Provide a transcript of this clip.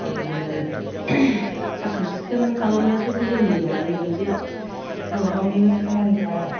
ओमफ्राय बिदिनो साखोन सिखोन खालामनायाथ' बि जोंनिनो माने मोनसे गावबा गावनिनो खामानिखा आरो